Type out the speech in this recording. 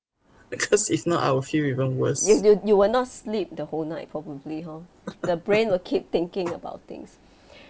you you you will not sleep the whole night probably hor the brain will keep thinking about things